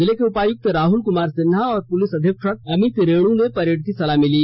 जिले के उपायक्त राहल कमार सिन्हा और पुलिस अधीक्षक अमित रेण ने परेड की सलामी ली